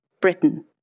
Britain